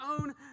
own